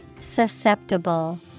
Susceptible